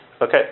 Okay